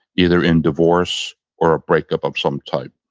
either in divorce or a breakup of some type